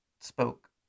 spoke